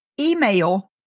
email